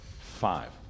Five